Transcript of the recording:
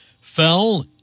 fell